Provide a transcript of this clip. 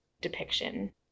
depiction